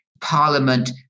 parliament